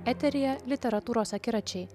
eteryje literatūros akiračiai